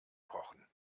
kochen